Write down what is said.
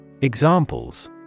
Examples